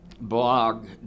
blog